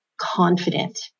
confident